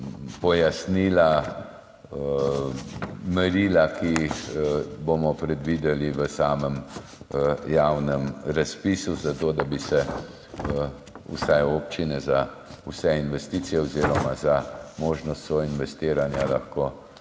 pojasnila, merila, ki jih bomo predvideli v samem javnem razpisu, zato da bi se vsaj občine za vse investicije oziroma za možnost soinvestiranja lahko